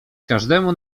każdemu